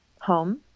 home